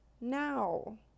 now